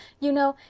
you know,